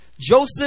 Joseph